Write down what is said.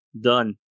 Done